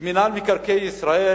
שמינהל מקרקעי ישראל